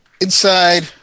inside